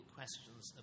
questions